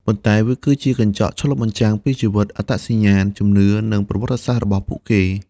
ប៉ុន្តែវាគឺជាកញ្ចក់ឆ្លុះបញ្ចាំងពីជីវិត អត្តសញ្ញាណ ជំនឿ និងប្រវត្តិសាស្ត្ររបស់ពួកគេ។